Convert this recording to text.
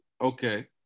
okay